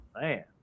man